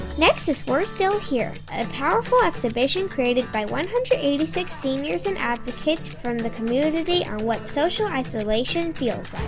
next is we're still here, a powerful exhibition created by one hundred and eighty six seniors and advocates from the community on what social isolation feels